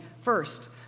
first